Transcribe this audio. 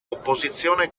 opposizione